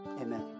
Amen